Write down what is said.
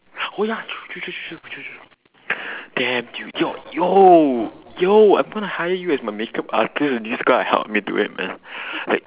oh ya true true true true true true damn dude yo yo I'm going to hire you as my make up artist and you're just gonna help me do it man like